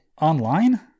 Online